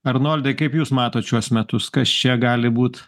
arnoldai kaip jūs matot šiuos metus kas čia gali būt